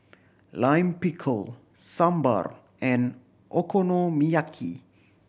Lime Pickle Sambar and Okonomiyaki